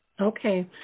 Okay